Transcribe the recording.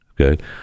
okay